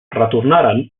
retornaren